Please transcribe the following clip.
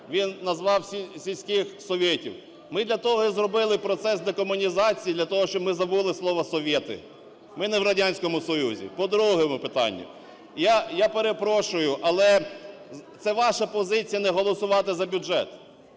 він назвав сільських "совєтів". Ми для того і зробили процес декомунізації для того, щоб ми забули слово "совєти", ми не в Радянському Союзі. По другому питанню, я перепрошую, але це ваша позиція - не голосувати за бюджет.